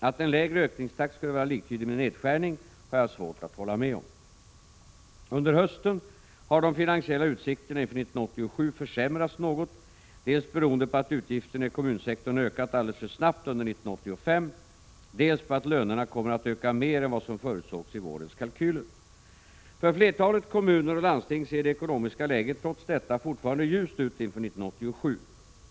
Att en lägre ökningstakt skulle vara liktydigt med nedskärning har jag svårt att hålla med om. Under hösten har de finansiella utsikterna inför 1987 försämrats något, dels beroende på att utgifterna i kommunsektorn ökat alldeles för snabbt under 1985, dels på att lönerna kommer att öka mer än vad som förutsågs i vårens kalkyler. För flertalet kommuner och landsting ser det ekonomiska läget trots detta fortfarande ljust ut inför 1987.